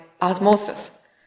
osmosis